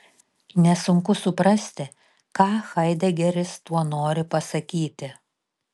nesunku suprasti ką haidegeris tuo nori pasakyti